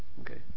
Okay